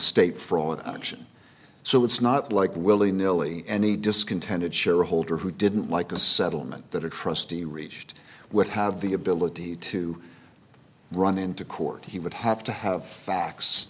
state fraud action so it's not like willy nilly any discontented shareholder who didn't like a settlement that a trustee reached would have the ability to run into court he would have to have facts